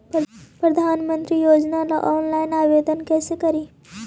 प्रधानमंत्री योजना ला ऑनलाइन आवेदन कैसे करे?